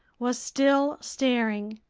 was still staring.